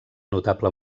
notable